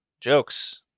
Jokes